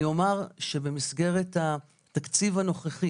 אני אומר שבמסגרת התקציב הנוכחי